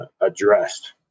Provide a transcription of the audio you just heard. addressed